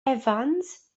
evans